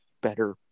better